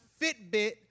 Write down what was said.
Fitbit